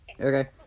Okay